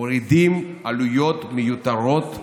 מורידים עלויות מיותרות מעסקים.